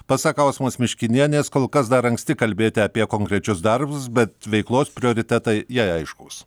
pasak ausmos miškinienės kol kas dar anksti kalbėti apie konkrečius darbus bet veiklos prioritetai jai aiškūs